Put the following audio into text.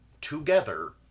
together